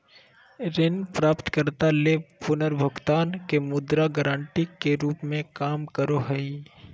ऋण प्राप्तकर्ता ले पुनर्भुगतान के मुद्रा गारंटी के रूप में काम करो हइ